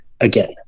again